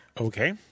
Okay